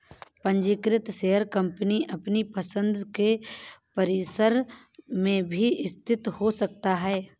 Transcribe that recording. पंजीकृत share company अपनी पसंद के परिसर में भी स्थित हो सकता है